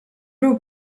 był